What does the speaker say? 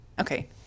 okay